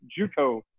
juco